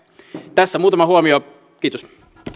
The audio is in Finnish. tässä muutama huomio kiitos